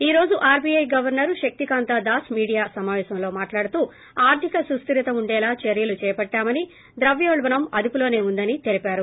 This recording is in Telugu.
ఈ రోజు RBI governor Shaktikanta Das media సమాపేశంలో మాట్లాడుతూ ఆర్దిక సుస్దిరత ఉండేలా చర్యలు చేపట్టామని ద్రవ్యోల్బణం అదుపులోనే ఉందని తెలిపారు